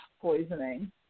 poisoning